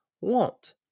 want